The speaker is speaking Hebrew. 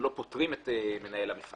נפוץ מאוד הנושא של לומדה, לימוד